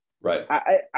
Right